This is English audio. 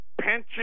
pension